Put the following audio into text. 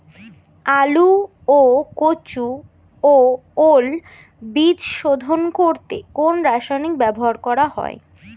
আলু ও কচু ও ওল বীজ শোধন করতে কোন রাসায়নিক ব্যবহার করা হয়?